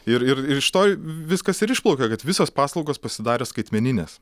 ir ir ir iš to viskas ir išplaukia kad visos paslaugos pasidarė skaitmeninės